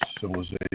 civilization